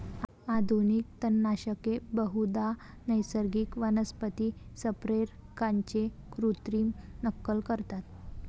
आधुनिक तणनाशके बहुधा नैसर्गिक वनस्पती संप्रेरकांची कृत्रिम नक्कल करतात